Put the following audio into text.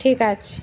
ঠিক আছে